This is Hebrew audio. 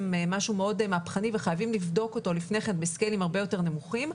משהו מאוד מהפכני וחייבים לבדוק אותו קודם לסקלים הרבה יותר נמוכים.